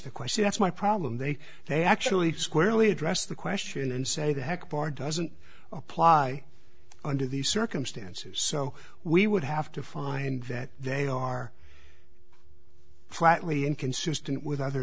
the question that's my problem they they actually squarely address the question and say the heck bar doesn't apply under these circumstances so we would have to find that they are flatly inconsistent with other